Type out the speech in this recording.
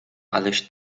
aleś